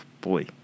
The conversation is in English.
boy